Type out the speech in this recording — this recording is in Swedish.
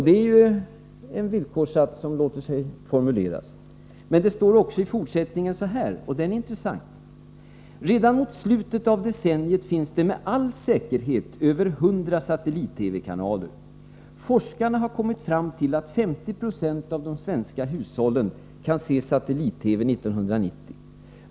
Det är ju en villkorssats som låter sig formuleras. Men det står också så här, och det är intressant: ”Redan mot slutet av decenniet finns det med all säkerhet över 100 satellit-TV-kanaler. Forskarna har kommit fram till att 50 20 av de svenska hushållen kan se satellit-TV 1990.